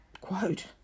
quote